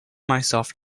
myself